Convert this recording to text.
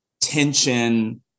tension